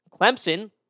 Clemson